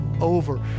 over